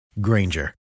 Granger